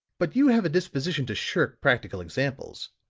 but you have a disposition to shirk practical examples.